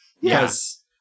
Yes